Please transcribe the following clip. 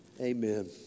Amen